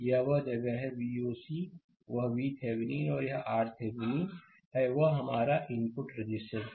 यह वह जगह है Voc वह VThevenin है और यहRThevenin है वह हमारा इनपुट रेजिस्टेंस है